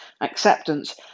acceptance